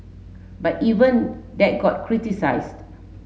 but even that got criticised